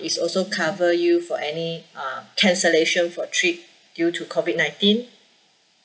it's also cover you for any uh cancellation for trip due to COVID nineteen